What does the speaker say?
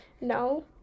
No